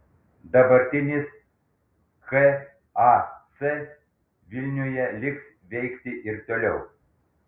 dabartinis kac vilniuje liks veikti ir toliau